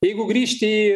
jeigu grįžt į